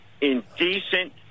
indecent